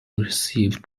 received